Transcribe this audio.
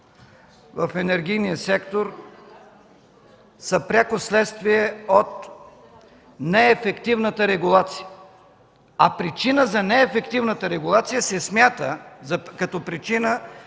в енергийния сектор са пряко следствие от неефективната регулация, а като причина за неефективната регулация се смятат